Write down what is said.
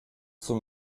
zum